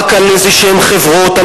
רק על חברות כלשהן,